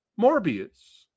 Morbius